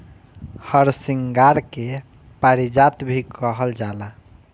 हरसिंगार के पारिजात भी कहल जाला